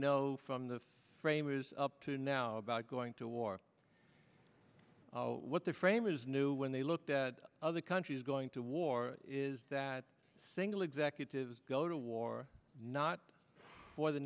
know from the framers up to now about going to war what the framers knew when they looked at other countries going to war is that single executives go to war not for the